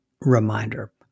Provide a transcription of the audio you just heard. reminder